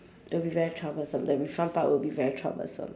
it'll be very troublesome the refund part will be very troublesome